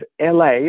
LA